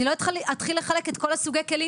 אני לא אתחיל לחלק את כל סוגי הכלים